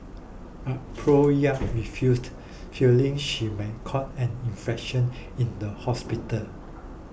but Prof Yap refused fearing she might catch an infection in the hospital